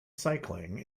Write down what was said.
cycling